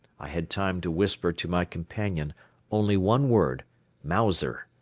i had time to whisper to my companion only one word mauser,